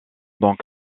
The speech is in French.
donc